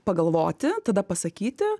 pagalvoti tada pasakyti